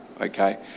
okay